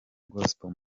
gospel